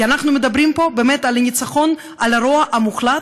כי אנחנו מדברים פה באמת על ניצחון על הרוע המוחלט.